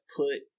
put